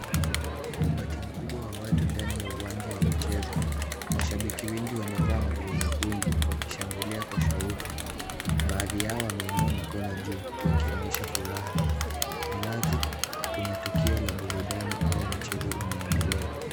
Umati mkubwa wa watu ndani ya uwanja wa michezo. Mashabiki wengi wamevaa nguo nyekundu wakishangilia kwa shauku. Baadhi yao wameinua mikono juu wakionyesha furaha. Ni wazi kuna tukio la burudani au mchezo unaendelea.